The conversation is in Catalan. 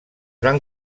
van